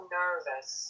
nervous